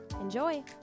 Enjoy